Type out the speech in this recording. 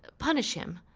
punish him.